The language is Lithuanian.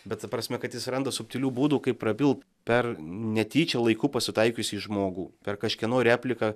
bet ta prasme kad jis randa subtilių būdų kaip prabilt per netyčia laiku pasitaikiusį žmogų per kažkieno repliką